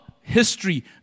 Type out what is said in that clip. history